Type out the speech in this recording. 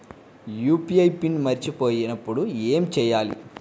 UPI PIN మరచిపోయినప్పుడు ఏమి చేయాలి?